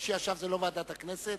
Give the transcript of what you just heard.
מי שישב זה לא ועדת הכנסת,